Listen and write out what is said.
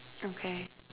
okay